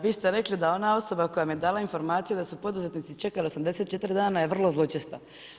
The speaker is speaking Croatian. Vi ste rekli da ona osoba koja mi je dala informacije da su poduzetnici čekali 84 dana je vrlo zločesta.